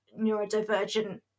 neurodivergent